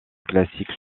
classique